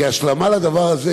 כהשלמה לדבר הזה,